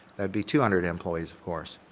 that'd be two hundred employees of course,